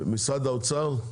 משרד האוצר?